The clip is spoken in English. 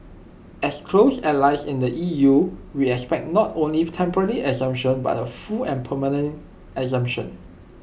as close allies in the E U we expect not only temporarily exemption but A full and permanent exemption